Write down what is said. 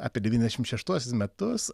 apie devyniasdešim šeštuosius metus